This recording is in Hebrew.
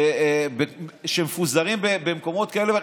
שמפוזרים במקומות כאלה ואחרים,